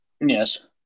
Yes